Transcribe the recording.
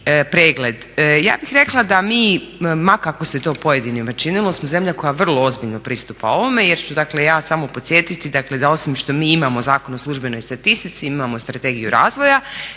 Ja bih rekla da mi, ma kako se to pojedinima činilo smo zemlja koja vrlo ozbiljno pristupa ovome, jer ću dakle ja samo podsjetiti, dakle da osim što mi imamo Zakon o službenoj statistici, imamo Strategiju razvoja,